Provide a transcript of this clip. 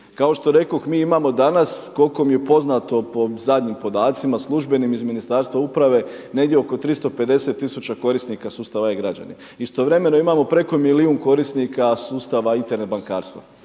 Kao što rekoh, mi imamo danas koliko mi je poznato po zadnjim podacima službenim iz Ministarstva uprave negdje oko 350000 korisnika sustava e-Građani. Istovremeno imamo preko milijun korisnika sustava Internet bankarstva.